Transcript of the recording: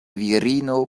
virino